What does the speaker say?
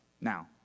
Now